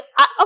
okay